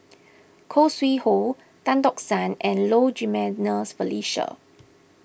Khoo Sui Hoe Tan Tock San and Low Jimenez Felicia